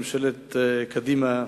ממשלת קדימה,